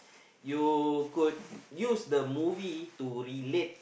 you could use the movie to relate